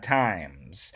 times